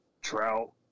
Trout